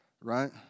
Right